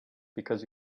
because